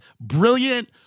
brilliant